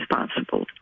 responsible